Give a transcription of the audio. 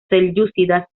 selyúcidas